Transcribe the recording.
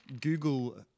Google